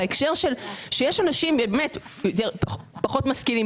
יש אנשים פחות משכילים,